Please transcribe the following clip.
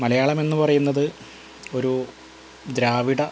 മലയാളമെന്ന് പറയുന്നത് ഒരു ദ്രാവിഡ